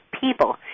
people